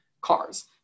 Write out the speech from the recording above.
cars